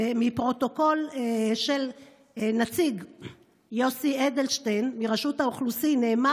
בפרוטוקול של נציג מרשות האוכלוסין יוסי אדלשטיין נאמר